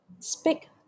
speak